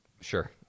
Sure